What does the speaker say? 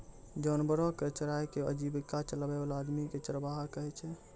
जानवरो कॅ चराय कॅ आजीविका चलाय वाला आदमी कॅ चरवाहा कहै छै